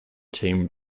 team